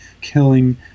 killing